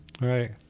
right